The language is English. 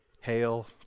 Hail